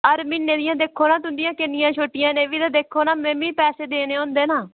हर म्हीने दियां तुस दिक्खो नां किन्नियां छुट्टियां न एह् बी देखो ना में बी पैसे देने होंदे नां